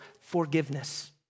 forgiveness